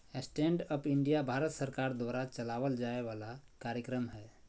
stand up India Bharat सरकार द्वारा चलावल जाय वाला कार्यक्रम हय